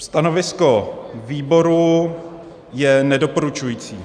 Stanovisko výboru je nedoporučující.